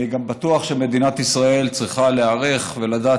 אני גם בטוח שמדינת ישראל צריכה להיערך ולדעת